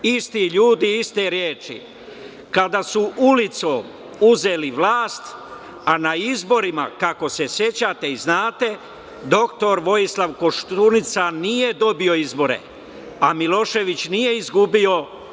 Isti ljudi, iste reči kada su ulicom uzeli vlast, a na izborima kako se sećate i znate, doktor Vojislav Koštunica nije dobio izbore, a Milošević nije izgubio.